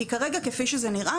כי כרגע כפי שזה נראה,